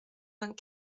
vingt